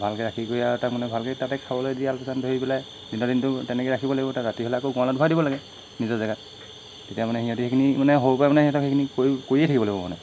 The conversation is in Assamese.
ভালকৈ ৰাখি কৰি আৰু তাক মানে ভালকৈয়ে তাতে খাবলৈ দি আলপৈচান ধৰি পেলাই দিনৰ দিনটো তেনেকৈয়ে ৰাখিব লাগিব তাক ৰাতি হ'লে আকৌ গঁৰালত ভৰাই দিব লাগে নিজৰ জেগাত তেতিয়া মানে সিহঁতি সেইখিনি মানে সৰুৰপৰাই মানে সেইখিনি কৰি কৰিয়ে থাকিব লাগিব মানে